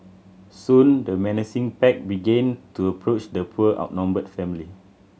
soon the menacing pack began to approach the poor outnumbered family